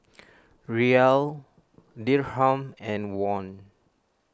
Riyal Dirham and Won